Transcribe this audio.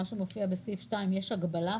מה שמופיע בסעיף 2. יש הגבלה?